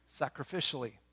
sacrificially